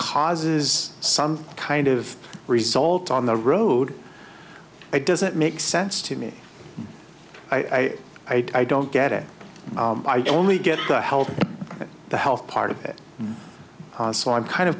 causes some kind of result on the road it doesn't make sense to me i hate i don't get it i only get the health the health part of it so i'm kind of